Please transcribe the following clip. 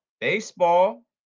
baseball